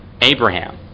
Abraham